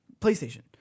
PlayStation